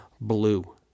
blue